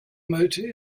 motor